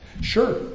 Sure